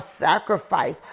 sacrifice